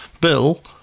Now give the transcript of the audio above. Bill